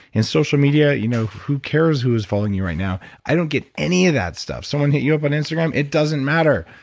and social media? you know, who cares who's following you right now? i don't get any of that stuff. someone hit you up on instagram? it doesn't matter.